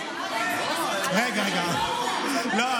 לא,